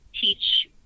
teach